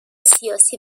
سیاسی